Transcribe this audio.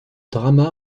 drama